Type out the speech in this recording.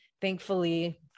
Thankfully